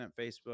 Facebook